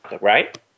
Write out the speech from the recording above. right